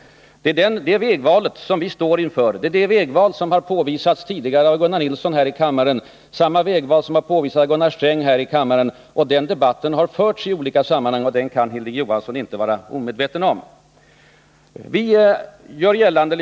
Det är det vägvalet som vi står inför, och det är samma vägval som har påvisats tidigare här i kammaren av Gunnar Nilsson och Gunnar Sträng. Debatten om detta har förts i olika sammanhang, och den kan Hilding Johansson inte vara omedveten om.